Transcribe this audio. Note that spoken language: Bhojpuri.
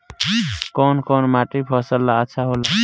कौन कौनमाटी फसल ला अच्छा होला?